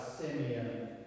Simeon